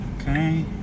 Okay